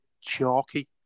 chalky